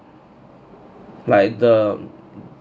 like the